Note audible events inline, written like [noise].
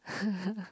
[laughs]